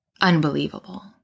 unbelievable